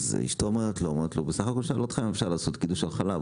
אשתו אומרת לו "הוא בסך הכול שאל אותך אם אפשר לעשות קידוש על חלב",